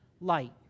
light